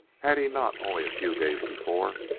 had he not, only a few days before,